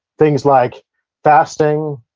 things like fasting,